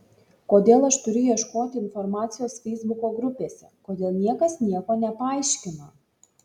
kodėl aš turiu ieškoti informacijos feisbuko grupėse kodėl niekas nieko nepaaiškina